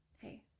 hey